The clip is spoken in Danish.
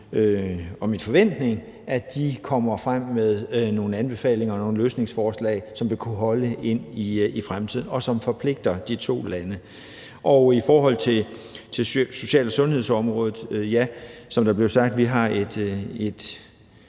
og min forventning, at de kommer frem med nogle anbefalinger og nogle løsningsforslag, som vil kunne holde ind i fremtiden, og som forpligter de to lande. I forhold til social- og sundhedsområdet har vi, som der blev sagt, et